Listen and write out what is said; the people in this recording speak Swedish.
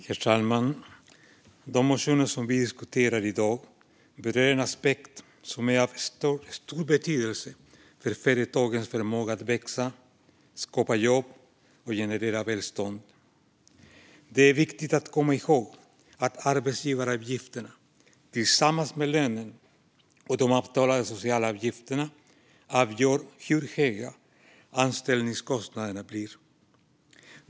Herr talman! De motioner som vi diskuterar i dag berör en aspekt som är av stor betydelse för företagens förmåga att växa, skapa jobb och generera välstånd. Det är viktigt att komma ihåg att arbetsgivaravgifterna tillsammans med lönen och de avtalade sociala avgifterna avgör hur höga anställningskostnaderna blir.